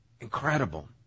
incredible